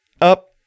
up